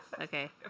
Okay